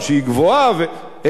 איפה הם גרים,